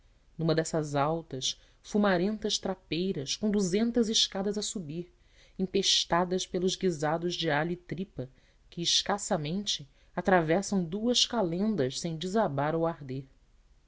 numa dessas altas fumarentas trapeiras com duzentas escadas a subir empestadas pelos guisados de alho e tripa que escassamente atravessam duas calendas sem desabar ou arder